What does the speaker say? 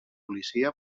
policia